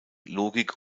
logik